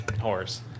horse